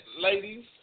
Ladies